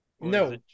No